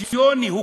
הקואליציוני.